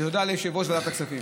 ותודה ליושב-ראש ועדת הכספים.